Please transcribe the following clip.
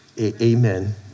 Amen